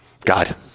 God